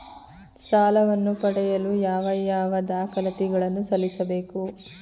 ಸಾಲವನ್ನು ಪಡೆಯಲು ಯಾವ ಯಾವ ದಾಖಲಾತಿ ಗಳನ್ನು ಸಲ್ಲಿಸಬೇಕು?